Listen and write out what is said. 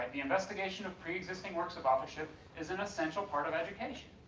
the investigation of preexisting works of authorship is an essential part of education,